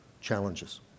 challenges